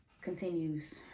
continues